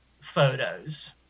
photos